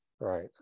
Right